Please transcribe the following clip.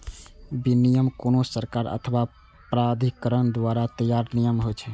विनियम कोनो सरकार अथवा प्राधिकरण द्वारा तैयार नियम होइ छै